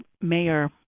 mayor